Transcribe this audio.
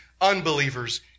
unbelievers